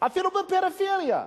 אפילו בפריפריה,